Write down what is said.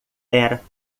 era